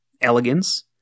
elegance